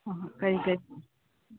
ꯑꯪ ꯀꯔꯤ ꯀꯔꯤ